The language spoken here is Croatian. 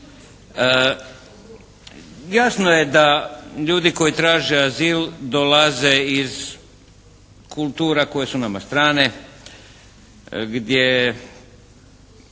Jasno je da ljudi koji traže azil dolaze iz kultura koje su nama strane, gdje